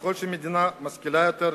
ככל שמדינה משכילה יותר,